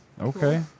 Okay